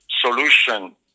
solution